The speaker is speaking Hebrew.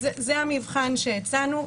זה המבחן שהצענו.